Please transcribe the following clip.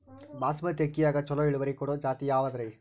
ಬಾಸಮತಿ ಅಕ್ಕಿಯಾಗ ಚಲೋ ಇಳುವರಿ ಕೊಡೊ ಜಾತಿ ಯಾವಾದ್ರಿ?